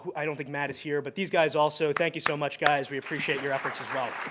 i don't think matt is here, but these guys also, thank you so much, guys, we appreciate your efforts as well.